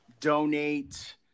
donate